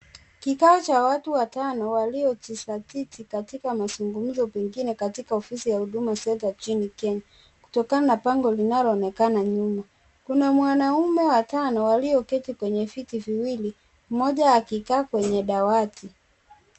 Kikao cha watu watano waliojizatiti mazungumzo pengine katika ofisi huduma centre nchini keñya, kutokana bango linaloonekana nyuma. Kuna mwanaume watano walioketi kwenye viti viwili mwengine akiwa kwenye dawati.